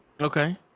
Okay